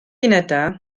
unedau